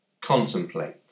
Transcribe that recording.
Contemplate